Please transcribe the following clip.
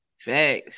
facts